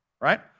Right